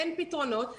אין פתרונות.